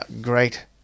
Great